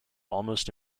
almost